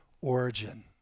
origin